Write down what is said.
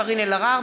קארין אלהרר,